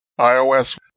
iOS